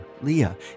Leah